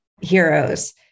heroes